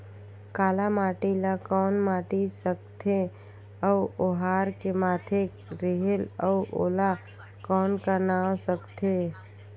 काला माटी ला कौन माटी सकथे अउ ओहार के माधेक रेहेल अउ ओला कौन का नाव सकथे?